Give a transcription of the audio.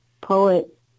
poet